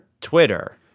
Twitter